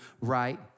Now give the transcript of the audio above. right